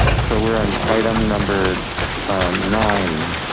so we're on item number nine.